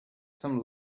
some